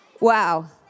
Wow